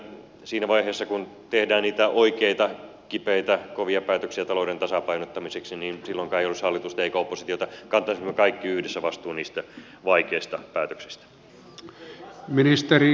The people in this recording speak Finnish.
minä toivoisin että siinä vaiheessa kun tehdään oikeita kipeitä kovia päätöksiä talouden tasapainottamiseksi silloinkaan ei olisi hallitusta eikä oppositiota kantaisimme kaikki yhdessä vastuun niistä vaikeista päätöksistä